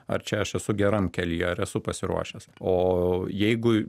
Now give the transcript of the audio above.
ar čia aš esu geram kelyj ar esu pasiruošęs o jeigu